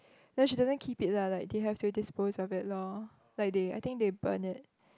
ya she doesn't keep it lah like they have to dispose of it lor like they I think they burn it